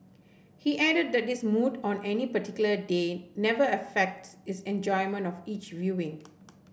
he added that his mood on any particular day never affects his enjoyment of each viewing